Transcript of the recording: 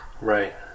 Right